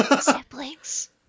siblings